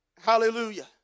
Hallelujah